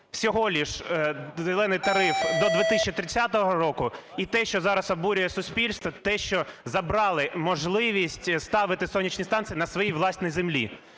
всього лише "зелений" тариф до 2030 року. І те, що зараз обурює суспільство, те, що забрали можливість ставити сонячні станції на своїй власній землі.